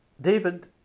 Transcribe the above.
David